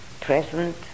present